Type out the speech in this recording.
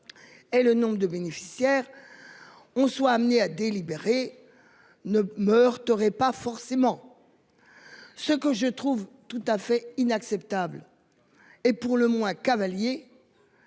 Et le nombre de bénéficiaires. On soit amené à délibérer. Ne meurt, t'aurais pas forcément. Ce que je trouve tout à fait inacceptable. Et pour le moins cavalier.